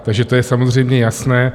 Takže to je samozřejmě jasné.